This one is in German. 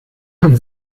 haben